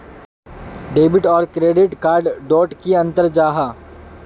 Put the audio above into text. Debit आर credit card डोट की अंतर जाहा?